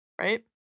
right